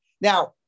Now